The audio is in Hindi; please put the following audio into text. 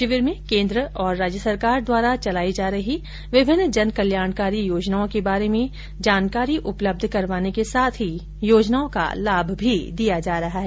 शिविर में केन्द्र और राज्य सरकार द्वारा चलाई जा रही विभिन्न जन कल्याणकारी योजनाओं के बारे में जानकारी उपलब्ध करवाने के साथ ही योजनाओं का लाभ भी दिया जा रहा है